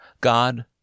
God